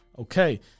Okay